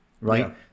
right